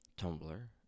Tumblr